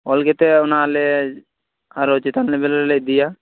ᱚᱞ ᱠᱟᱛᱮ ᱚᱱᱟ ᱟᱞᱮ ᱟᱨᱚ ᱪᱮᱛᱟᱱ ᱞᱮᱵᱮᱞ ᱨᱮᱞᱮ ᱤᱫᱤᱭᱟ